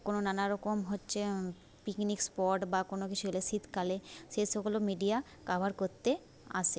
কোনো নানা রকম হচ্ছে পিকনিক স্পট বা কোনো কিছু এলে শীতকালে সেসবগুলো মিডিয়া কাভার করতে আসে